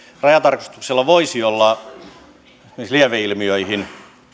rajatarkastuksella voisi olla esimerkiksi lieveilmiöihin